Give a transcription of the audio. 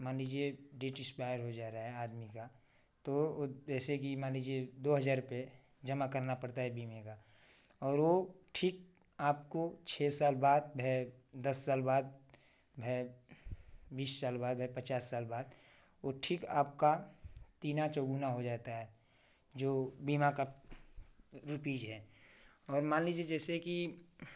मान लीजिए date expire हो जा रहा है आदमी का तो जैसे कि मान लीजिए दो हजार रूपए जमा करना पड़ता है बीमे का और वो ठीक आपको छः साल बाद दस साल बाद में बीस साल बाद पचास साल बाद ओ ठीक आपका तीगुना चौगुना हो जाता है जो बीमा का रूपीज है और मान लीजिए जैसे कि